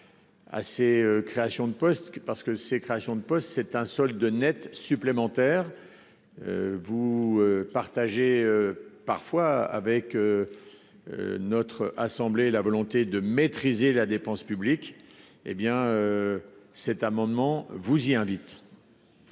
à ces créations de postes, qui représentent un solde net supplémentaire. Vous partagez parfois avec notre assemblée la volonté de maîtriser la dépense publique. Les auteurs de cet amendement vous y invitent.